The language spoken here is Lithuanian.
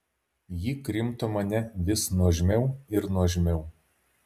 ji krimto mane vis nuožmiau ir nuožmiau